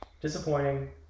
Disappointing